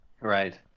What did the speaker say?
Right